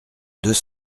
deux